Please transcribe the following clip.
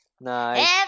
nice